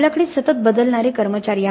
आमच्याकडे सतत बदलणारे कर्मचारी आहेत